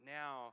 now